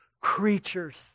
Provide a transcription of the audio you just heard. creatures